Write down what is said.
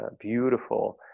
beautiful